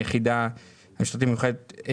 היחידה המשטרתית המיוחדת,